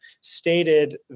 stated